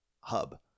hub